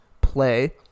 play